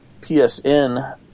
PSN